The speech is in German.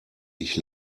ich